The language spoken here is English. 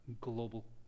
global